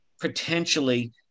potentially